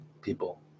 people